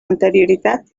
anterioritat